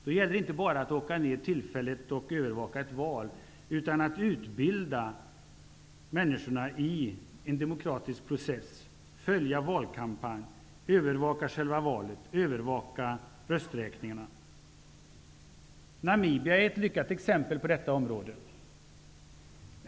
Då gäller det inte bara att åka ned tillfälligt och övervaka ett val, utan om att utbilda människorna i en demokratisk process, följa valkampanjer, övervaka själva valet och övervaka rösträkningarna. Namibia är ett lyckat exempel på detta område.